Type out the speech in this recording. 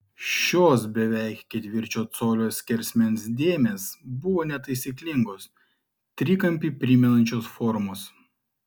šios beveik ketvirčio colio skersmens dėmės buvo netaisyklingos trikampį primenančios formos